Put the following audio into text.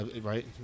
right